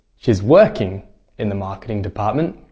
she's working in the marketing department,